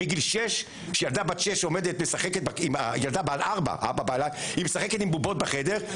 כשילדות בנות ארבע משחקות עם בובות בחדר,